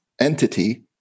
entity